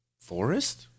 forest